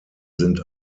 sind